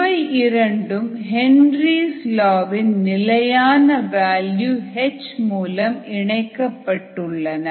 இவை இரண்டும் Henry's law Henry's law வின் நிலையான வேல்யூ எச் மூலம் இணைக்கப்பட்டுள்ளன